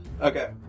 Okay